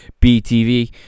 BTV